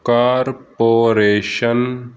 corporation